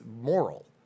moral